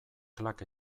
klak